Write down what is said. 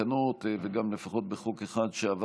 תקנות סמכויות מיוחדות להתמודדות עם נגיף הקורונה החדש (הוראת שעה)